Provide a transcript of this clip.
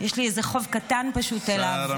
יש לי איזה חוב קטן פשוט אליו.